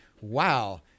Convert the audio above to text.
wow